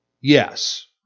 yes